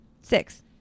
six